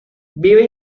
vive